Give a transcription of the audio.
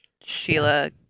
Sheila